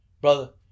Brother